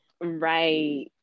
right